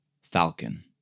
Falcon